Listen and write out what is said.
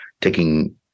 taking